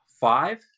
five